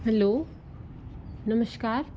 hello नमस्कार